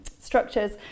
structures